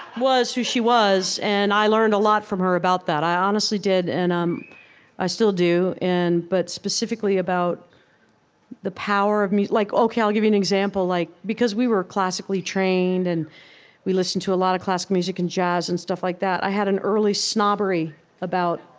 was who she was. and i learned a lot from her about that. i honestly did and um i still do. but specifically about the power of like ok, i'll give you an example. like because we were classically trained, and we listened to a lot of classical music and jazz and stuff like that, i had an early snobbery about,